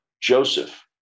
Joseph